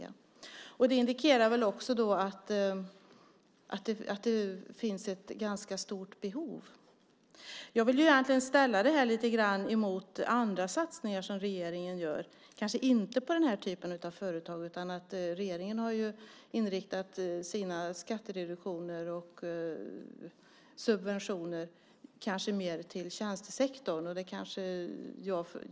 Det indikerar också att det finns ett ganska stort behov. Jag vill egentligen ställa det här lite grann emot andra satsningar som regeringen gör, men kanske inte på den här typen av företag. Regeringen har ju inriktat sina skattereduktioner och subventioner mer till tjänstesektorn.